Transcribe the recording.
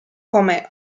come